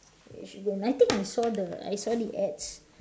it should be I think I saw the I saw the ads